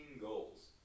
goals